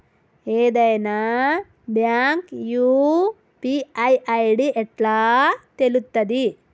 ఏదైనా bank UPI ID ఎట్లా తెలుత్తది?